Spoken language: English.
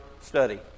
study